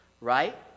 right